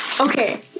okay